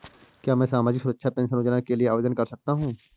क्या मैं सामाजिक सुरक्षा पेंशन योजना के लिए आवेदन कर सकता हूँ?